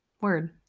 word